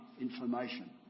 information